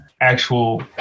actual